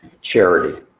charity